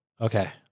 Okay